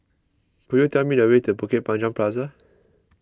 could you tell me the way to Bukit Panjang Plaza